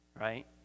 Right